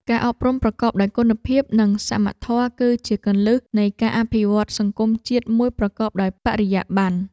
ការអប់រំប្រកបដោយគុណភាពនិងសមធម៌គឺជាគន្លឹះនៃការអភិវឌ្ឍន៍សង្គមជាតិមួយប្រកបដោយបរិយាបន្ន។